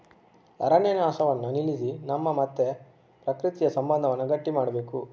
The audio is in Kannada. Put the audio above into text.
ಅರಣ್ಯ ನಾಶವನ್ನ ನಿಲ್ಲಿಸಿ ನಮ್ಮ ಮತ್ತೆ ಪ್ರಕೃತಿಯ ಸಂಬಂಧವನ್ನ ಗಟ್ಟಿ ಮಾಡ್ಬೇಕು